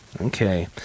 Okay